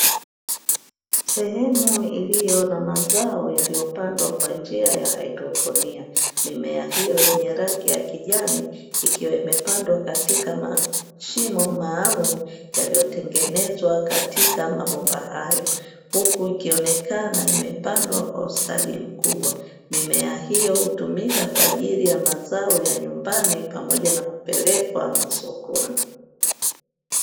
Sehemu iliyo na mazao yaliyopandwa kwa njia ya haidroponi. Mimea hiyo yenye rangi ya kijani ikiwa imepandwa katika mashimo maalumu yaliyotengenzwa katika mabomba hayo. Huku ikionekana imepandwa kwa ustadi mkubwa. Mimea hiyo hutumika kwa ajilio ya mazao ya nyumbani pamoja na kupelekwa masokoni.